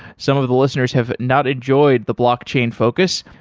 some of the listeners have not enjoyed the blockchain focus.